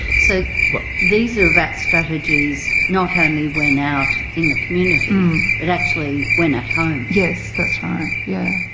so but these are about strategies not only when out in the community but actually when at home yes, that's right. yeah